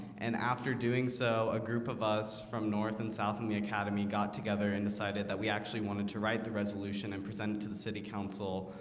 and after doing so a group of us from north and south and the academy got together and decided that we actually wanted to write the resolution and presented to the city council